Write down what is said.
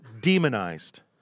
demonized